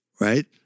Right